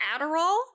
Adderall